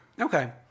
Okay